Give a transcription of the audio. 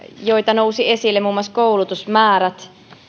joita nousi esille muun muassa koulutusmääriin